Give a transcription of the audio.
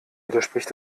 widerspricht